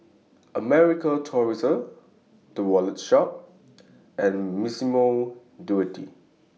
American Tourister The Wallet Shop and Massimo Dutti